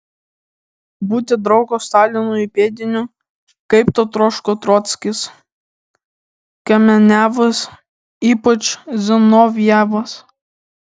būti draugo stalino įpėdiniu kaip to troško trockis kamenevas ypač zinovjevas